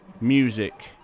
Music